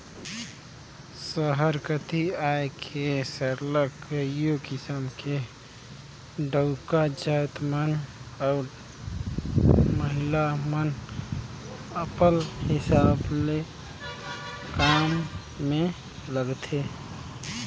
सहर कती आए के सरलग कइयो किसिम ले डउका जाएत मन अउ महिला मन अपल हिसाब ले काम में लगथें